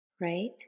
right